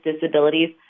disabilities